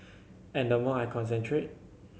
and the more I concentrate